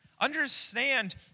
Understand